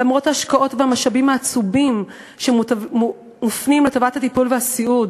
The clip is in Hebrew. למרות ההשקעות במשאבים העצומים שמופנים לטובת הטיפול והסיעוד,